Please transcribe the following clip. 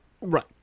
Right